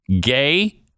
gay